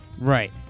Right